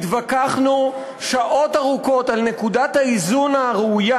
התווכחנו שעות ארוכות על נקודת האיזון הראויה.